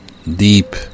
deep